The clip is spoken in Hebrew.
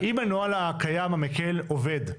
אם הנוהל הקיים המקל עובד,